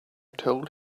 told